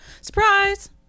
Surprise